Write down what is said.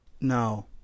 no